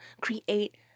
create